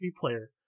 player